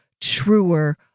truer